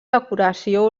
decoració